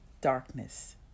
darkness